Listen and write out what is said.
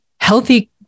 healthy